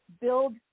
build